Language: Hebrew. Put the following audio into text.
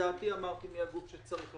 את דעתי אמרתי, מי הגוף שצריך לחקור.